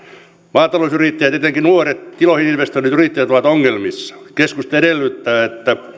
maatalousyrittäjät etenkin nuoret tiloihin investoineet yrittäjät ovat ongelmissa keskusta edellyttää että